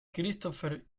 christopher